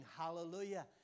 hallelujah